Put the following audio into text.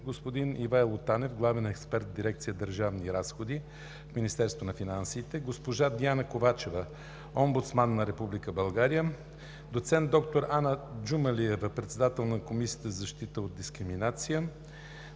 господин Ивайло Танев – главен експерт в дирекция „Държавни разходи“ в Министерството на финансите; госпожа Диана Ковачева – Омбудсман на Република България, доцент доктор Ана Джумалиева – председател на Комисията за защита от дискриминацията,